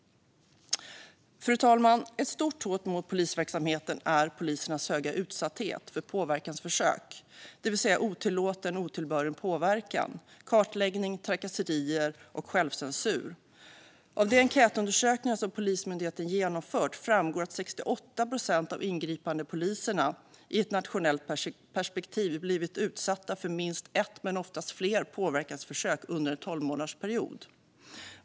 Fru talman! Ett stort hot mot polisverksamheten är polisernas höga utsatthet för påverkansförsök, det vill säga otillåten och otillbörlig påverkan, kartläggning, trakasserier och självcensur. Av de enkätundersökningar som Polismyndigheten genomfört framgår att i ett nationellt perspektiv har 68 procent av ingripandepoliserna blivit utsatta för minst ett men oftast fler påverkansförsök under en tolvmånadersperiod.